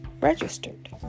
registered